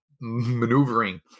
maneuvering